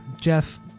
Jeff